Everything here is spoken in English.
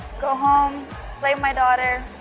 go home, play with my daughter,